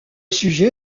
sujet